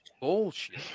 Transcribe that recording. bullshit